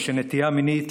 שנטייה מינית,